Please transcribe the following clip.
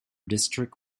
district